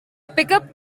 pickup